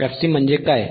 fCम्हणजे काय